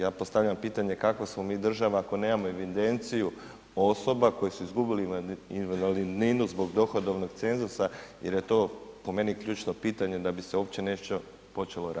Ja postavljam pitanje kakva smo mi država ako nemamo evidenciju osoba koje su izgubili invalidninu zbog dohodovnog cenzusa jer je to po meni ključno pitanje da bi se uopće nešto počelo raditi.